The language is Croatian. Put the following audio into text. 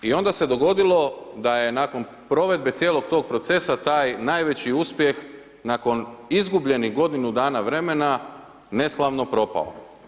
I onda se dogodilo da je nakon provedbe cijelog tog procesa taj najveći uspjeh nakon izgubljenih godinu dana vremena neslavno propao.